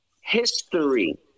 history